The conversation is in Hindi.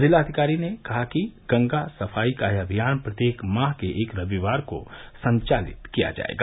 जिलाधिकारी ने कहा कि गंगा सफाई का यह अभियान प्रत्येक माह के एक रविवार को संचालित किया जाएगा